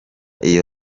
iyo